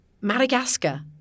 Madagascar